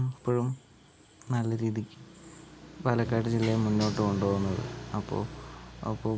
ഇപ്പോഴും നല്ല രീതിയ്ക്ക് പാലക്കാട് ജില്ലയെ മുന്നോട്ട് കൊണ്ടുപോകുന്നത് അപ്പോൾ അപ്പോൾ